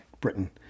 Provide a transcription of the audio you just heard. Britain